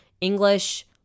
English –